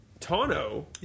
Tono